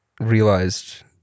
realized